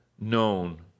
known